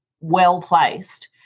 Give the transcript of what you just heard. well-placed